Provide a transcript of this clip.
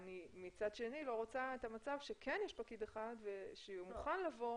מצד שני אני לא רוצה את המצב שכן יש פקיד אחד שמוכן לבוא